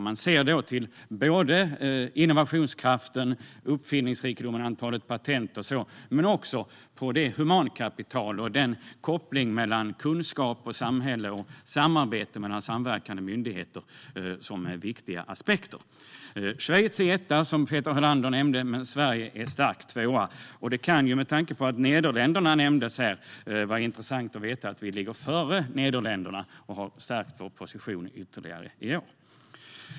Man ser då till innovationskraften, uppfinningsrikedomen, antalet patent och sådant. Men man ser också humankapital, koppling mellan kunskap och samhälle och samarbete mellan samverkande myndigheter som viktiga aspekter. Schweiz är etta, som Peter Helander nämnde, men Sverige är stark tvåa. Med tanke på att Nederländerna nämndes här kan det vara intressant att veta att vi ligger före Nederländerna och har stärkt vår position ytterligare i år.